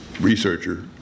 researcher